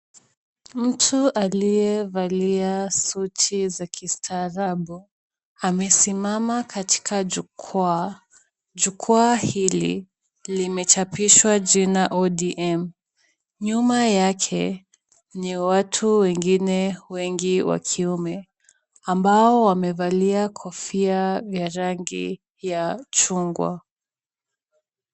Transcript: Mtu aliyevalia suti za kistaarabu, amesimama katika jukwaa. Jukwaa hili limechapishwa jina ODM. Nyuma yake, ni watu wengine wengi, wa kiume ambao wamevalia ya rangi ya chungwa.